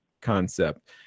concept